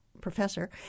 professor